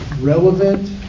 relevant